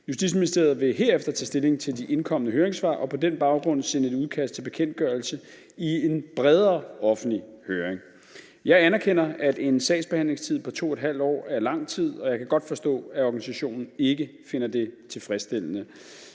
Justitsministeriet vil herefter tage stilling til de indkomne høringssvar og på den baggrund sende et udkast til bekendtgørelse i en bredere offentlige høring. Jeg anerkender, at en sagsbehandlingstid på 2½ år er lang tid, og jeg kan godt forstå, at organisationen ikke finder det tilfredsstillende.